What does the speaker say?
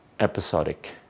Episodic